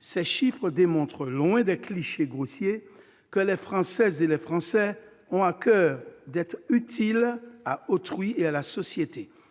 Ces chiffres démontrent, loin des clichés grossiers, que les Françaises et les Français ont à coeur d'être utiles à autrui et à la société.